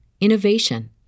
innovation